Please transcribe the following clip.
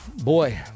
Boy